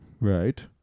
Right